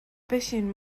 بشین